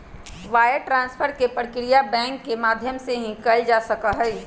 wire transfer के प्रक्रिया bank के माध्यम से ही कइल जा सका हई